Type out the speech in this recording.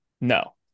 No